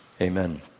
amen